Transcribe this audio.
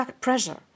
pressure